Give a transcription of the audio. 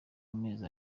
amezi